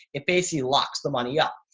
it basically locks the money up.